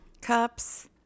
cups